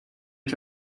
ich